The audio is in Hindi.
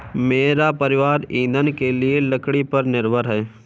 मेरा परिवार ईंधन के लिए लकड़ी पर निर्भर है